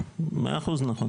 100 אחוזים נכון.